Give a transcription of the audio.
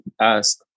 ask